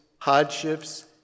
hardships